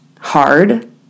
hard